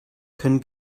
können